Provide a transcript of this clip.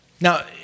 Now